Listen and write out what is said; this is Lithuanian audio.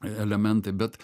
elementai bet